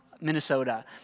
Minnesota